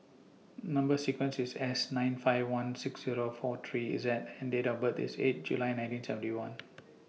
Number sequence IS S nine five one six Zero four three Z and Date of birth IS eight July nineteen seventy one